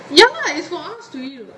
ya lah its for us to eat what